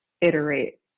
iterate